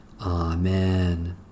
Amen